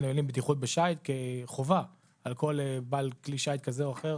בטיחות בשיט כחובה על כל בעל כלי שיט כזה או אחר